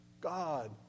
God